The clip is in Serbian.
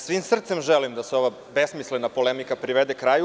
Svim srcem želim da se ova besmislena polemika privede kraju.